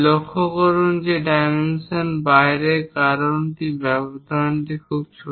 লক্ষ্য করুন যে ডাইমেনশনটি বাইরের কারণ ব্যবধানটি খুব ছোট